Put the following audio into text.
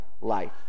life